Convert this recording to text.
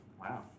Wow